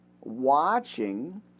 watching